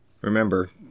Remember